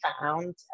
found